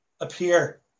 appear